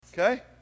Okay